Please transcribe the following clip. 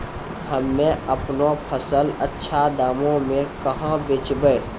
हम्मे आपनौ फसल अच्छा दामों मे कहाँ बेचबै?